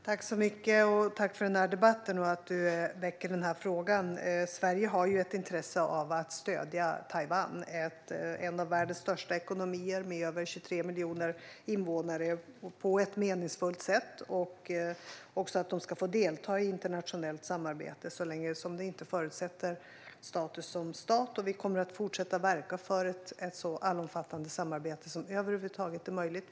Herr talman! Tack för debatten och för att du väcker frågan, Caroline Szyber! Sverige har ett intresse av att stödja Taiwan - en av världens största ekonomier med över 23 miljoner invånare - på ett meningsfullt sätt. Taiwan ska få delta i internationellt samarbete så länge som det inte förutsätter status som stat, och Sverige kommer att fortsätta att verka för ett så allomfattande samarbete som över huvud taget är möjligt.